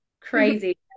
crazy